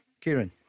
Kieran